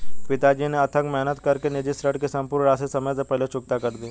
पिताजी ने अथक मेहनत कर के निजी ऋण की सम्पूर्ण राशि समय से पहले चुकता कर दी